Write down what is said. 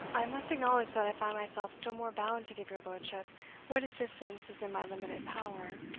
i must acknowledge that i find myself still more bound to give your lordship what assistance is in my limited power,